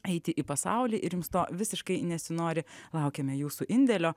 eiti į pasaulį ir jums to visiškai nesinori laukiame jūsų indėlio